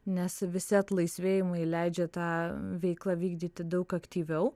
nes visi atlaisvėjimai leidžia tą veiklą vykdyti daug aktyviau